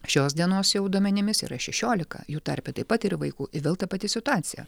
šios dienos jau duomenimis yra šešiolika jų tarpe taip pat yra vaikų ir vėl ta pati situacija